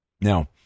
Now